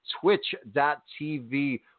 Twitch.tv